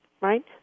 Right